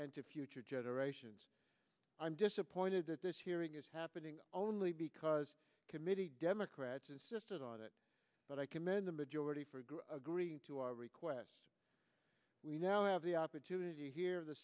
and to future generations i'm disappointed that this hearing is happening only because committee democrats insist on it but i commend the majority for agreeing to our request we now have the opportunity here the